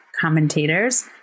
commentators